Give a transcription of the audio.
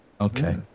Okay